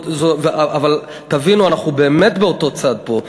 אבל תבינו, אנחנו באמת באותו צד פה.